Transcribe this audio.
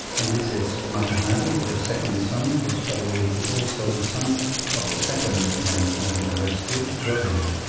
and this is matahari, her second son, which, by the way, is also the son of the second orangutan i rescued, dodoy.